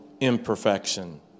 imperfection